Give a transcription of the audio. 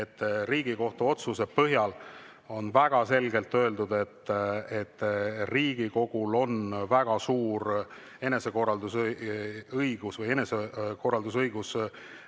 Riigikohtu otsuse põhjal on väga selgelt öeldud, et Riigikogul on väga suur enesekorraldusõigus Riigikogu